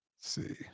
see